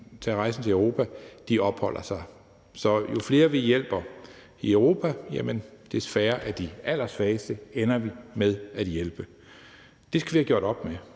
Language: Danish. tage rejsen til Europa, opholder sig. Så jo flere vi hjælper i Europa, des færre af de allersvageste ender vi med at hjælpe. Det skal vi have gjort op med.